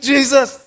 Jesus